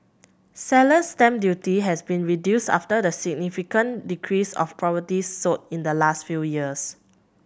seller's stamp duty has been reduced after the significant decrease of properties sold in the last few years